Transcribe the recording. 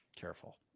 Careful